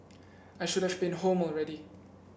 I should have been home already